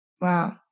Wow